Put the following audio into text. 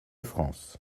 france